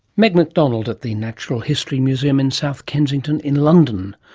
meg macdonald at the natural history museum in south kensington in london,